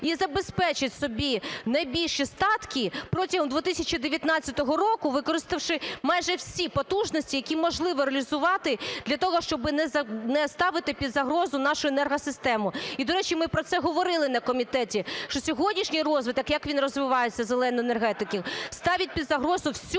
і забезпечують собі найбільші статки протягом 2019 року, використавши майже всі потужності, які можливо реалізувати для того, щоби не ставити під загрозу нашу енергосистему. І до речі, ми про це говорили на комітеті, що сьогоднішній розвиток, як він розвивається, "зеленої" енергетики, ставить під загрозу всю нашу енергосистему.